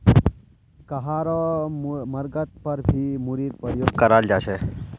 कहारो मर्गत पर भी मूरीर प्रयोग कराल जा छे